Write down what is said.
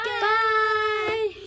Bye